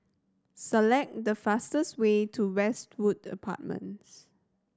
select the fastest way to Westwood Apartments